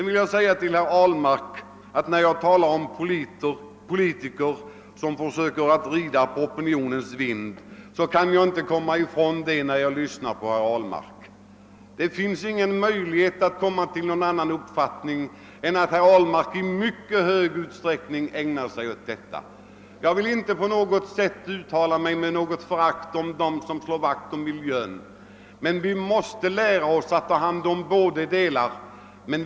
Till herr Ahlmark vill jag säga, att när jag talar om politiker som försöker rida på opinionens vind, så kan jag inte komma ifrån detta intryck då jag lyssnar på herr Ahlmark. Det finns ingen möjlighet att komma till någon annan uppfattning än att herr Ahlmark i mycket stor utsträckning ägnar sig åt detta. Jag vill inte på något sätt uttala mig med förakt om dem som slår vakt om miljön. Vi måste emellertid lära oss att ta hand om båda delarna.